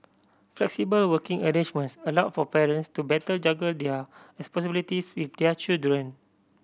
flexible working arrangements allow for parents to better juggle their responsibilities with their children